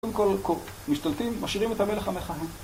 קודם כל משתלטים, משאירים את המלך המכהן.